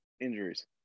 injuries